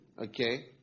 Okay